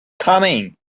coming